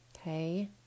Okay